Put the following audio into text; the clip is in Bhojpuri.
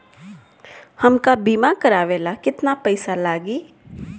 हमका बीमा करावे ला केतना पईसा लागी?